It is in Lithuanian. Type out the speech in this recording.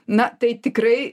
na tai tikrai